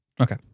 Okay